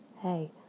hey